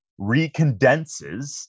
recondenses